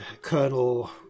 Colonel